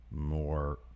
more